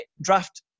draft